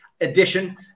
edition